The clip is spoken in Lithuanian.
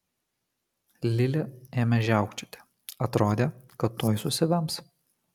lili ėmė žiaukčioti atrodė kad tuoj susivems